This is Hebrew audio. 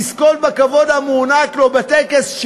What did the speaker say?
לזכות בכבוד המוענק לו בטקס,